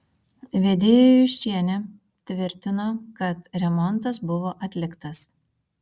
vedėja juščienė tvirtino kad remontas buvo atliktas